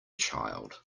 child